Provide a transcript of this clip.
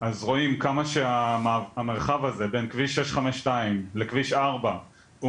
אז רואים כמה שהמרחב הזה בין כביש 652 לכביש 4 הוא